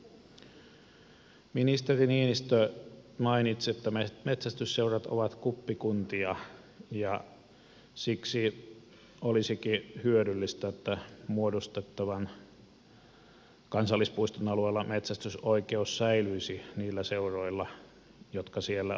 ministeri niinistö mainitsi että metsästysseurat ovat kuppikuntia ja siksi olisikin hyödyllistä että muodostettavan kansallispuiston alueella metsästysoikeus säilyisi niillä seuroilla jotka siellä ovat